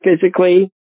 physically